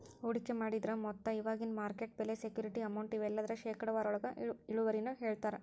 ಹೂಡಿಕೆ ಮಾಡಿದ್ರ ಮೊತ್ತ ಇವಾಗಿನ ಮಾರ್ಕೆಟ್ ಬೆಲೆ ಸೆಕ್ಯೂರಿಟಿ ಅಮೌಂಟ್ ಇವೆಲ್ಲದರ ಶೇಕಡಾವಾರೊಳಗ ಇಳುವರಿನ ಹೇಳ್ತಾರಾ